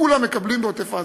כולם מקבלים בעוטף-עזה.